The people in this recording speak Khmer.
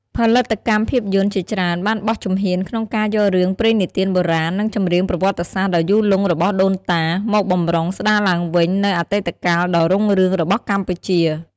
ផលិតកម្មភាពយន្តជាច្រើនបានបោះជំហានក្នុងការយករឿងព្រេងនិទានបុរាណ និងចម្រៀងប្រវត្តិសាស្ត្រដ៏យូរលង់របស់ដូនតា មកបម្រុងស្ដារឡើងវិញនូវអតីតកាលដ៏រុងរឿងរបស់កម្ពុជា។